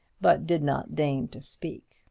but did not deign to speak.